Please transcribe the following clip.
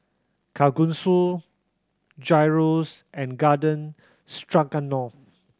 Kalguksu Gyros and Garden Stroganoff